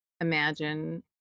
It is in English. Imagine